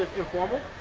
informal?